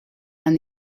and